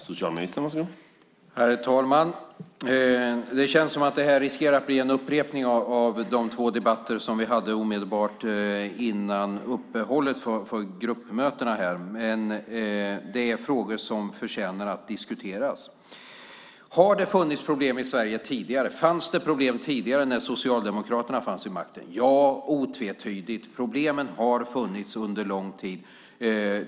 Herr talman! Det känns som att det här riskerar att bli en upprepning av de två debatter som vi hade omedelbart innan uppehållet för gruppmötena, men det är frågor som förtjänar att diskuteras. Har det funnits problem i Sverige tidigare? Fanns det problem tidigare när Socialdemokraterna fanns vid makten? Ja, det gjorde det otvetydigt. Problemen har funnits under lång tid.